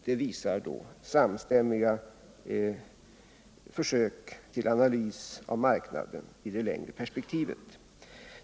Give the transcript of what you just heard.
Det visar samstäm miga försök till analys av marknaden i det längre perspektivet.